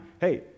Hey